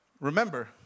remember